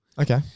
Okay